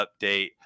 update